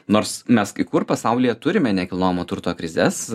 nors mes kai kur pasaulyje turime nekilnojamo turto krizes